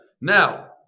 Now